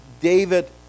David